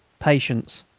patience!